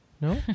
No